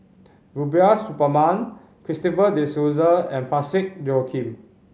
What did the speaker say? Rubiah Suparman Christopher De Souza and Parsick Joaquim